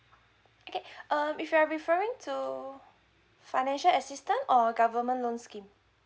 okay um if you are referring to financial assistance or government loan scheme